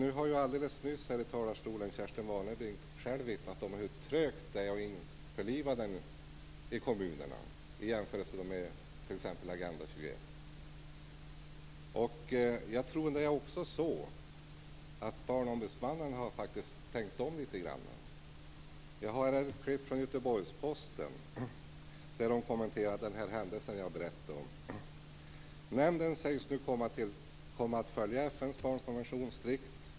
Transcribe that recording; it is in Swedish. Men alldeles nyss i talarstolen har Kerstin Warnerbring själv vittnat om hur trögt det är att införliva den i kommunerna i jämförelse med t.ex. Agenda 21. Jag tror att det också är så att Barnombudsmannen har tänkt om litet grand. Jag har ett klipp från Göteborgsposten där hon kommenterar den händelse som jag berättade om: Nämnden sägs nu komma att följa FN:s barnkonvention strikt.